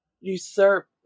usurp